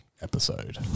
episode